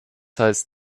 heißt